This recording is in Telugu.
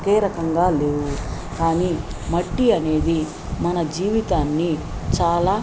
ఒకే రకంగా లేవు కానీ మట్టి అనేది మన జీవితాన్ని చాలా